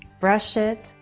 brush it,